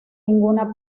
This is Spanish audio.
ninguna